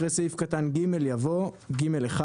אחרי סעיף קטן (ג) יבוא: "(ג1)